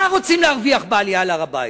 שנית, מה רוצים להרוויח בעלייה להר-הבית?